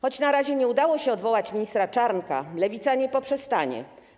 Choć na razie nie udało się odwołać ministra Czarnka, Lewica nie poprzestanie.